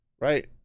right